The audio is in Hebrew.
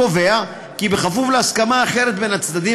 קובע כי כפוף להסכמה אחרת בין הצדדים,